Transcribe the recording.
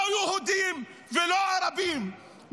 לא יהודים ולא ערבים,